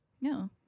no